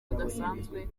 budasanzwe